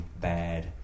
bad